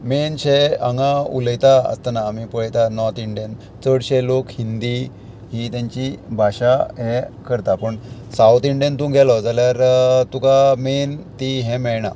मेनशे हांगा उलयता आसतना आमी पळयता नॉर्थ इंडियन चडशे लोक हिंदी ही तेंची भाशा हे करता पूण सावत इंडियन तूं गेलो जाल्यार तुका मेन ती हें मेळना